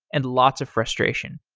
and lots of frustration.